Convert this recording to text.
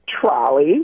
trolley